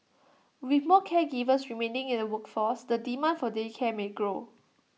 with more caregivers remaining in the workforce the demand for day care may grow